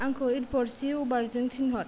आंखौ एरपर्टसिउ बारजों थिनहर